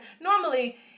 normally